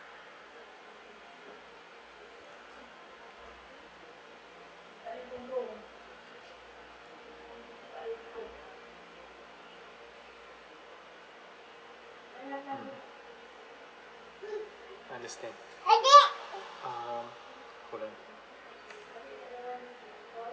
mm understand um hold on